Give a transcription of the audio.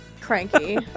cranky